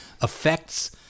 affects